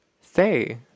say